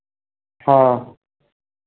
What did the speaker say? हाँ